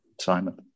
Simon